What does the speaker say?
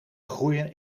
groeien